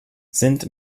sind